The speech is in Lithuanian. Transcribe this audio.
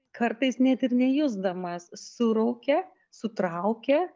kartais net ir nejusdamas suraukia sutraukia